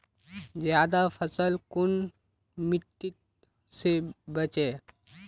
ज्यादा फसल कुन मिट्टी से बेचे?